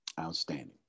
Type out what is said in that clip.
Outstanding